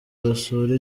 basura